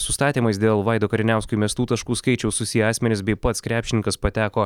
su statymais dėl vaido kariniausko įmestų taškų skaičiaus susiję asmenys bei pats krepšininkas pateko